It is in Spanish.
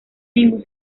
ningún